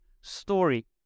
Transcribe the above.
story